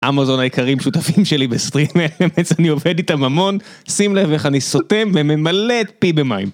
אמאזון העיקרים שותפים שלי בסטרימה, באמת, אני עובד איתם המון. שים לב איך אני סותם וממלא פי במים.